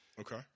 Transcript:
Okay